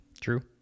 True